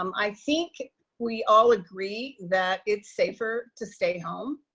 um i think we all agree that it's safer to stay home.